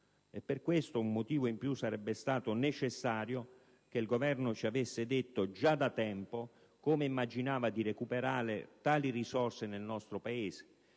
miliardi all'anno in più: sarebbe stato necessario che il governo ci avesse detto già da tempo come immaginava di recuperare tali risorse nel nostro Paese,